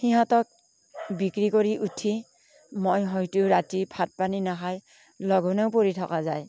সিহঁতক বিক্ৰী কৰি উঠি মই হয়তো ৰাতি ভাত পানী নাখাই লঘোণেও পৰি থকা যায়